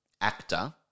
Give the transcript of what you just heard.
actor